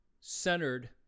centered